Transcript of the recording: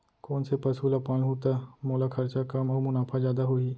कोन से पसु ला पालहूँ त मोला खरचा कम अऊ मुनाफा जादा होही?